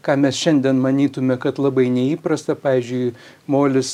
ką mes šiandien manytume kad labai neįprasta pavyzdžiui molis